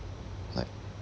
like